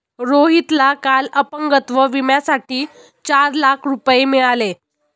रोहितला काल अपंगत्व विम्यासाठी चार लाख रुपये मिळाले